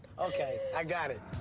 okay, i got it.